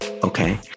Okay